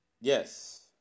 Yes